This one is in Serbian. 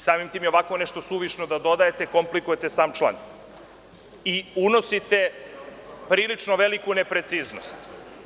Samim tim je ovako nešto suvišno, jer komplikujete sam član i unosite prilično veliku nepreciznost.